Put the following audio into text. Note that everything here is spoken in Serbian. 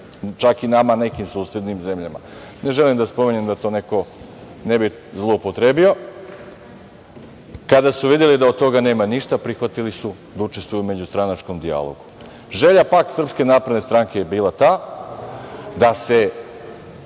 čak i nama nekim susednim zemljama. Ne želim da spominjem da to neko ne bi zloupotrebio. Kada su videli da od toga nema ništa, prihvatili su da učestvuju u međustranačkom dijalogu. Želja, pak, Srpske napredne stranke je bila ta da se